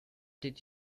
did